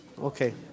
Okay